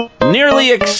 nearly